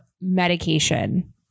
medication